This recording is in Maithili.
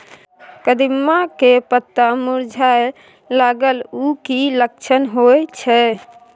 कदिम्मा के पत्ता मुरझाय लागल उ कि लक्षण होय छै?